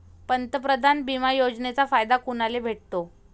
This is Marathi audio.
पंतप्रधान बिमा योजनेचा फायदा कुनाले भेटतो?